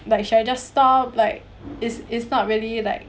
like should I just stop like is is not really like